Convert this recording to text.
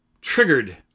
triggered